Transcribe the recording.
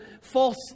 false